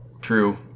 True